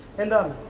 and